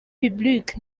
public